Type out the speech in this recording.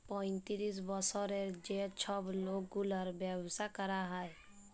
পঁয়তিরিশ বসরের যে ছব লকগুলার ব্যাবসা গুলা ক্যরা হ্যয়